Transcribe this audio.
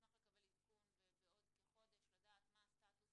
נשמח לקבל עדכון ובעוד כחודש לדעת מה הסטטוס